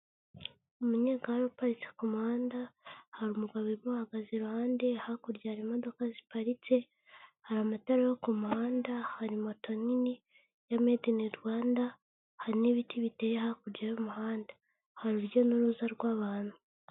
Umunyegari uparitse ku muhanda, hari umugabo umuhagaze iruhande, hakurya hari imodoka ziparitse, hari amatara yo ku muhanda, hari moto nini ya medi ini Rwanda, hari n'ibiti biteye hakurya y'umuhanda, hari urujya n'uruza rw'abantu.